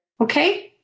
Okay